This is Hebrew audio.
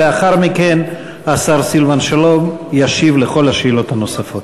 ולאחר מכן השר סילבן שלום ישיב על כל השאלות הנוספות.